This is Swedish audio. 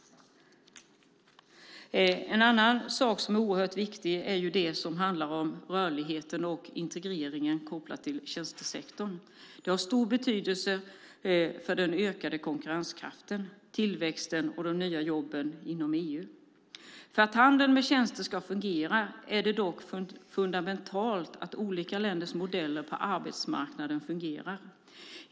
En annan oerhört viktig sak gäller rörligheten och integreringen kopplad till tjänstesektorn. Det har stor betydelse för den ökade konkurrenskraften, tillväxten och de nya jobben inom EU. För att handeln med tjänster ska fungera är det fundamentalt att olika länders modeller på arbetsmarknaden fungerar.